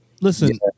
Listen